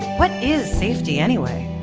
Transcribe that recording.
what is safety anyway?